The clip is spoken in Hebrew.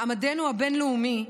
מעמדנו הבין-לאומי,